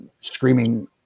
screaming